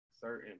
certain